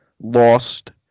lost